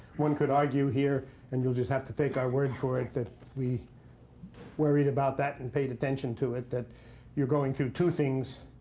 one could argue here and you'll just have to take our word for it, that we worried about that and paid attention to it that you're going through two things.